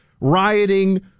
rioting